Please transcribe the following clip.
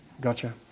Gotcha